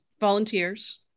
volunteers